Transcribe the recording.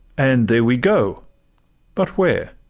and there we go but where?